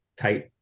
tight